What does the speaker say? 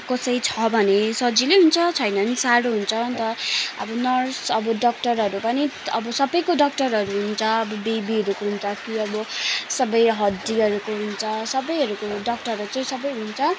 कसै छ भने सजिलै हुन्छ छैन भने साह्रो हुन्छ अन्त अब नर्स अब डक्टरहरू पनि अब सबैको डक्टरहरू हुन्छ अब बेबीहरूको हुन्छ कि अब सबै हड्डीहरूको हुन्छ सबैहरूको डक्टरहरू चाहिँ सबैको हुन्छ